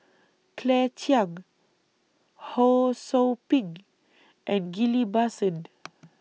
Claire Chiang Ho SOU Ping and Ghillie BaSan